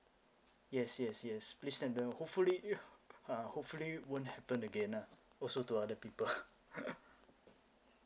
yes yes yes please send there hopefully uh hopefully won't happen again ah also to other people